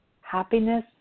happiness